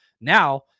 now